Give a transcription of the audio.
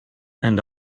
and